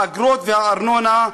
האגרות והארנונה,